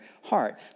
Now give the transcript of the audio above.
heart